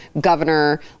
governor